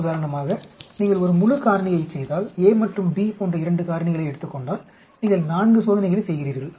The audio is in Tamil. உதாரணமாக நீங்கள் ஒரு முழு காரணியைச் செய்தால் a மற்றும் b போன்ற 2 காரணிகளை எடுத்துக் கொண்டால் நீங்கள் 4 சோதனைகளை செய்கிறீர்கள்